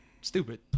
Stupid